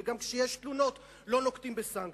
וגם כשיש תלונות לא נוקטים סנקציות.